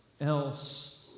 else